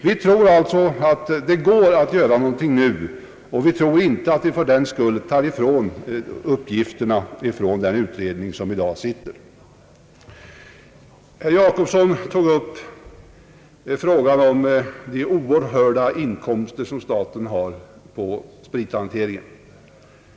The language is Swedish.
Vi tror alltså att det går att göra någonting nu, och vi anser inte att man för den skull tar några uppgifter från den sittande utredningen. Herr Jacobsson framhöll de oerhörda inkomster som staten har på sprithanteringen.